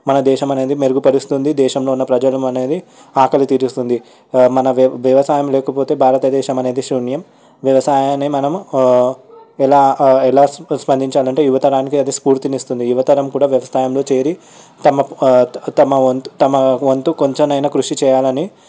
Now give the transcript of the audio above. మన దేశం అనేది మెరుగుపరుస్తుంది దేశంలో ఉన్న ప్రజలు అనేది ఆకలి తీరుస్తుంది మన వ్యవసాయం లేకపోతే భారతదేశం అనేది శూన్యం వ్యవసాయానే మనము ఎలా ఎలా స్పందించాలంటే యువతరానికి అది స్ఫూర్తినిస్తుంది అది యువతరం కూడా వ్యవసాయంలో చేరి తమ తమ వంతు కొంచెం అయినా కృషి చేయాలని